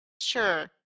Sure